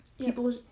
People